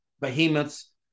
behemoths